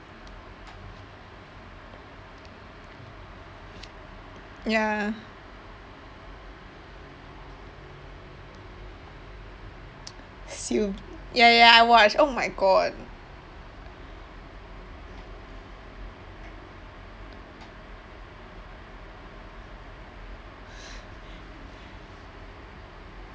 ya syl~ ya ya ya I watched oh my god